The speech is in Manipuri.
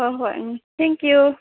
ꯍꯣꯏ ꯍꯣꯏ ꯎꯝ ꯊꯦꯡꯛ ꯌꯨ